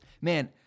Man